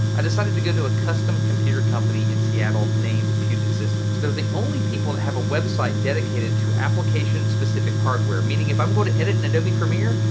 i decided to go to a custom computer company in seattle named puget systems. they're the only people that have a website dedicated to application-specific hardware. meaning if i'm going to edit in adobe premiere,